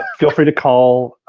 feel free to call.